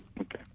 Okay